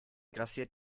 grassiert